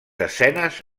escenes